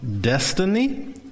destiny